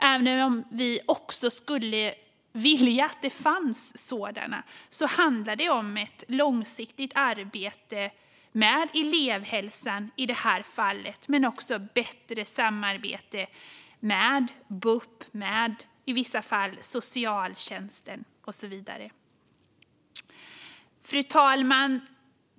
Även om vi också skulle vilja att det fanns sådana handlar det om ett långsiktigt arbete med elevhälsan men också om bättre samarbete med bup och i vissa fall socialtjänsten och så vidare. Fru talman!